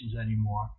anymore